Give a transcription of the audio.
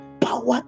power